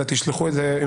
אלא תשלחו את זה קודם,